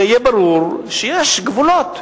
שיהיה ברור שיש גבולות,